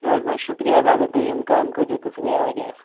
نہَ حظ نہَ شُکرِیہ حظ اَگر تُہۍ یِم کامہِ کٔرِو تہٕ سُہ گٔیو واریاہ اَصٕل